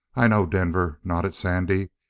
i know, denver, nodded sandy.